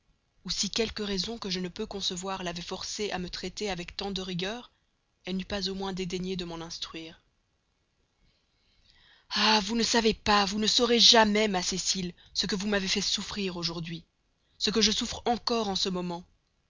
ou si quelque raison que je ne peux concevoir l'avait forcée à me traiter avec tant de rigueur elle n'eût pas au moins dédaigné de me l'apprendre ah vous ne savez pas vous ne saurez jamais ma cécile ce que vous m'avez fait souffrir aujourd'hui ce que je souffre encore en ce moment